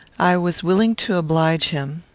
i was willing to oblige him.